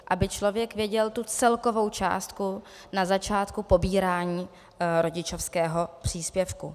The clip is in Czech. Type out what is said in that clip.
Aby člověk věděl tu celkovou částku na začátku pobírání rodičovského příspěvku.